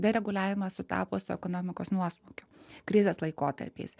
dereguliavimas sutapo su ekonomikos nuosmukiu krizės laikotarpiais